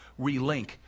relink